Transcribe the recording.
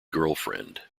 girlfriend